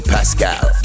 Pascal